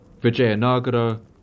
Vijayanagara